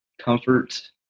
comfort